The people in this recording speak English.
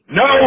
no